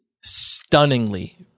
stunningly